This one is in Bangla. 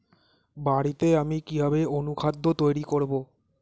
বাড়িতে আমি কিভাবে অনুখাদ্য তৈরি করব?